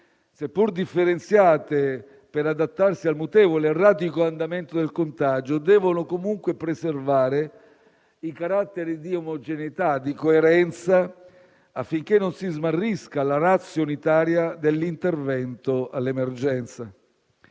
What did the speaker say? seppur differenziate per adattarsi al mutevole ed erratico andamento del contagio, devono comunque preservare i caratteri di omogeneità e di coerenza, affinché non si smarrisca la *ratio* unitaria dell'intervento all'emergenza.